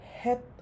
head